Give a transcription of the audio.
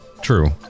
True